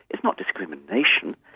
it's not discrimination.